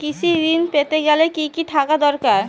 কৃষিঋণ পেতে গেলে কি কি থাকা দরকার?